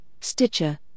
Stitcher